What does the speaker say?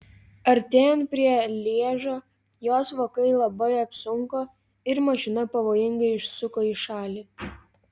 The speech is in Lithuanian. artėjant prie lježo jos vokai labai apsunko ir mašina pavojingai išsuko į šalį